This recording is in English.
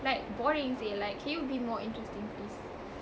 like boring seh like can you be more interesting please